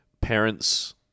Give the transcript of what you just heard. Parents